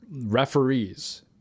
referees